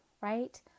right